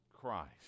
Christ